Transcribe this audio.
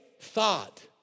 thought